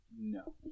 No